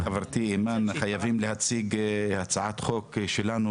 אני וחברתי אימאן חייבים להציג הצעת חוק שלנו